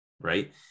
Right